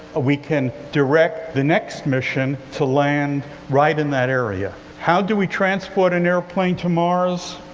we can direct the next mission to land right in that area. how do we transport an airplane to mars?